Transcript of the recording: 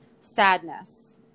sadness